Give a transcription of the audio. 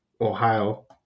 Ohio